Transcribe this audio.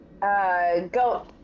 go